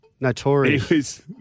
Notorious